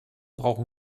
brauchen